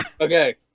Okay